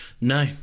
no